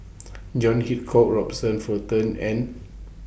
John Hitchcock Robert Fullerton and